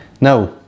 now